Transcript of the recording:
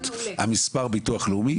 המספר ביטוח לאומי,